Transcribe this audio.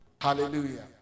Hallelujah